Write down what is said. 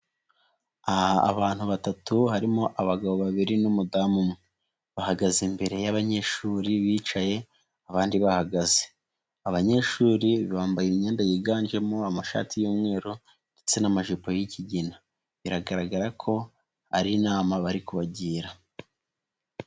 Abantu batatu harimo abagabo babiri n'umudamu umwe, bahagaze imbere y'abanyeshuri bicaye, abandi bahagaze, abanyeshuri bambaye imyenda yiganjemo amashati y'umweru ndetse n'amajipo y'kigina, biragaragara ko ari inama bari kubagira.